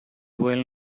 well